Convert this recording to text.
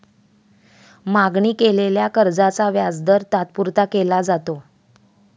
मागणी केलेल्या कर्जाचा व्याजदर तात्पुरता केला जातो